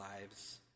lives